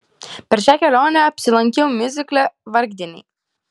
per šią kelionę apsilankiau miuzikle vargdieniai